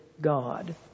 God